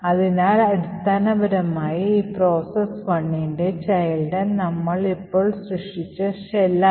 അതിനാൽ അടിസ്ഥാന പരമായി ഈ പ്രോസസ് "1"ന്റെ ചൈൽഡ് നമ്മൾ ഇപ്പോൾ സൃഷ്ടിച്ച ഷെല്ലാണ്